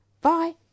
Bye